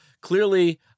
clearly